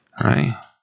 Right